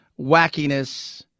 wackiness